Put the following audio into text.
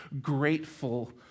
grateful